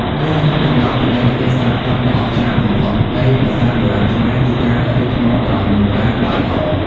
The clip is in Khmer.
មួយក្នុងចំណោមបច្ចេកទេសសាងសង់ដ៏អស្ចារ្យបំផុតនៃប្រាសាទបុរាណខ្មែរគឺការរៀបថ្មដោយមិនប្រើបាយអ។